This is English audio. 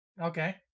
Okay